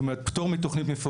זאת אומרת, פטור מתוכנית מפורטת.